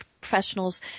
professionals